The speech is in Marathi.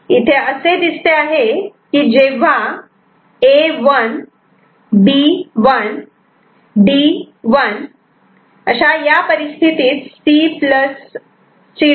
इथे असे दिसते आहे की जेव्हा A 1 B 1 D 1 या परिस्थितीत C C'